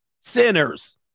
sinners